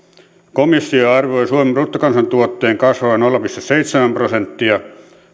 komissio arvioi suomen bruttokansantuotteen kasvavan nolla pilkku seitsemän prosenttia